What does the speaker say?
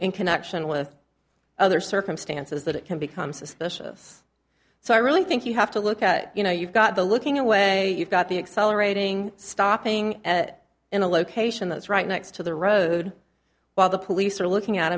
in connection with other circumstances that it can become suspicious so i really think you have to look at you know you've got the looking away you've got the accelerating stopping at in a location that's right next to the road while the police are looking at